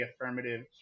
affirmative